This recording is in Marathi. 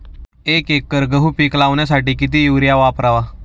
एक एकर गहू पीक लावण्यासाठी किती युरिया वापरावा?